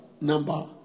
number